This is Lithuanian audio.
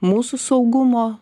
mūsų saugumo